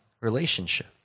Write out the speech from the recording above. relationship